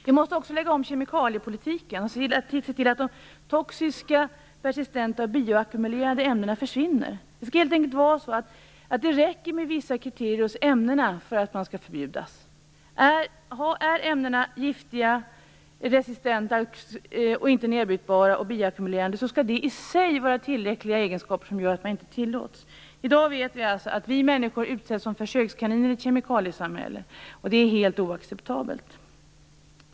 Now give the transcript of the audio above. Vi måste också lägga om kemikaliepolitiken och se till att toxiska, persistenta och bioackumulerande ämnen försvinner. Det skall helt enkelt räcka med att vissa kriterier finns hos ämnena för att dessa skall förbjudas. Om ämnena är giftiga, resistenta och inte nedbrytbara och om de också är bioackumulerande skall det i sig vara tillräckligt för att de inte skall vara tillåtna. I dag är vi människor försökskaniner i ett kemikaliesamhälle. Det är helt oacceptabelt.